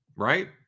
Right